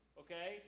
okay